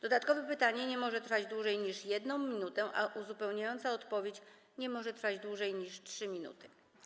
Dodatkowe pytanie nie może trwać dłużej niż 1 minutę, a uzupełniająca odpowiedź nie może trwać dłużej niż 3 minuty.